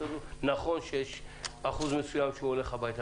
נכון שיש אחוז מסוים שהולך הביתה,